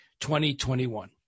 2021